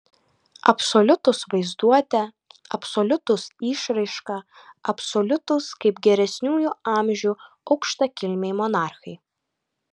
absoliutūs vaizduote absoliutūs išraiška absoliutūs kaip geresniųjų amžių aukštakilmiai monarchai